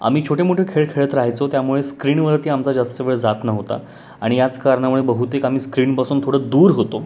आम्ही छोटे मोठे खेळ खेळत राहायचो त्यामुळे स्क्रीनवरती आमचा जास्त वेळ जात नव्हता आणि याच कारणामुळे बहुतेक आम्ही स्क्रीनपासून थोडं दूर होतो